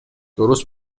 درست